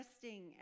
testing